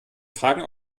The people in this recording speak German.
fragen